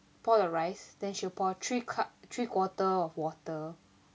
pour the rice then she'll pour three cup three quarter of water